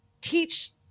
teach